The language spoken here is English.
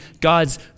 God's